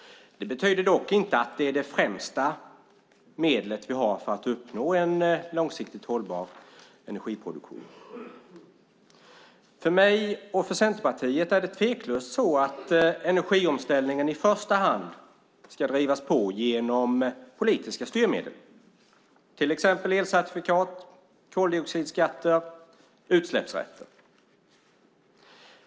Det betyder dock inte att det är det främsta medlet vi har för att uppnå en långsiktigt hållbar energiproduktion. För mig och Centerpartiet är det tveklöst så att energiomställningen i första hand ska ske via politiska styrmedel, till exempel elcertifikat, koldioxidskatter och utsläppsrätter.